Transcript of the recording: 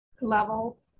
level